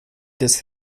des